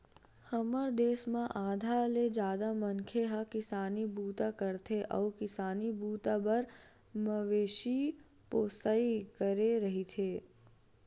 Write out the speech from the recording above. हमर देस म आधा ले जादा मनखे ह किसानी बूता करथे अउ किसानी बूता बर मवेशी पोसई करे रहिथे